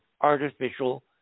artificial